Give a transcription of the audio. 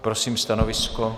Prosím stanovisko?